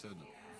בסדר.